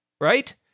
Right